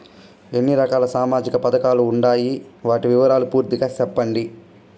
ఎన్ని రకాల సామాజిక పథకాలు ఉండాయి? వాటి వివరాలు పూర్తిగా సెప్పండి?